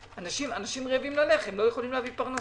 אנשים רעבים ללחם, לא יכולים להביא פרנסה.